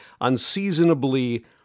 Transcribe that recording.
unseasonably